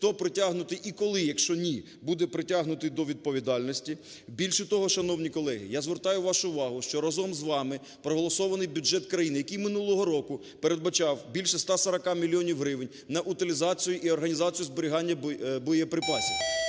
Хто притягнутий і коли, якщо ні, буде притягнутий до відповідальності? Більше того, шановні колеги, я звертаю вашу увагу, що разом з вами проголосований бюджет країни, який минулого року передбачав більше 140 мільйонів гривень на утилізацію і організацію зберігання боєприпасів.